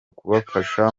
kubafasha